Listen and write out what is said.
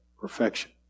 perfection